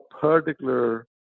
particular